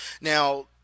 Now